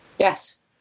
Yes